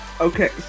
Okay